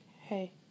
hey